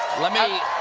let me.